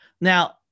Now